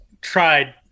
tried